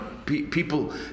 people